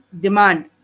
demand